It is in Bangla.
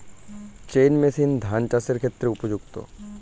চেইন মেশিন ধান চাষের ক্ষেত্রে উপযুক্ত?